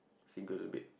single bed